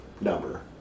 number